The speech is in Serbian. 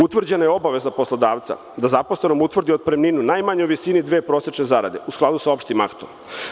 Utvrđena je obaveza poslodavca da zaposlenom utvrdi otpremninu najmanje u visini dve prosečene zarade u skladu sa opštim aktom.